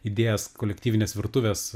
idėjas kolektyvinės virtuvės